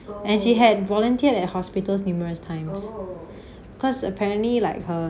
and she had volunteered at hospitals numerous times because apparently like her